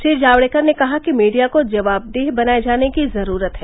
श्री जावड़ेकर ने कहा कि मीडिया को जवाबदेह बनाए जाने की जरूरत है